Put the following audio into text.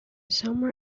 summer